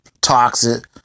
toxic